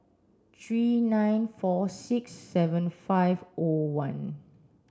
three nine four six seven five O one